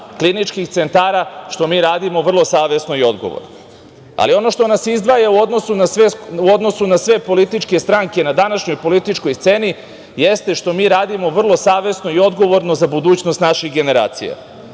kliničkih centara, što mi radimo vrlo savesno i odgovorno. Ali ono što nas izdvaja u odnosu na sve političke stranke na današnjoj političkoj sceni jeste što mi radimo vrlo savesno i odgovorno za budućnost naših generacija,